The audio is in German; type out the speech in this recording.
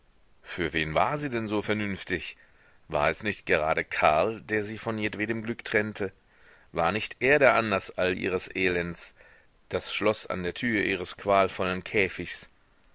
für wen war sie denn so vernünftig war es nicht gerade karl der sie von jedwedem glück trennte war nicht er der anlaß all ihres elends das schloß an der tür ihres qualvollen käfigs